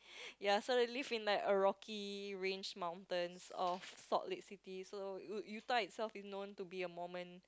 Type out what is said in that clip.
ya so they live like a rocky range mountains of Salt Lake City so uh Utah itself is known to be a Mormon